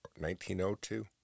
1902